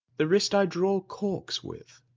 the wrist i draw corks with.